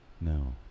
No